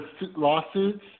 lawsuits